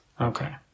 Okay